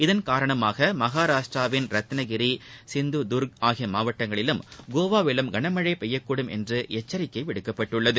இதன் காரணமாக மகாராஷ்டிராவின் ரத்னகிரி சிந்துதார்க் ஆகிய மாவட்டங்களிலும் கோவாவிலும் கனமழை பெய்யக்கூடும் என்று எச்சரிக்கை விடுக்கப்பட்டுள்ளது